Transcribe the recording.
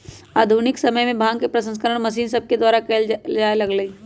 आधुनिक समय में भांग के प्रसंस्करण मशीन सभके द्वारा कएल जाय लगलइ